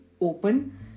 open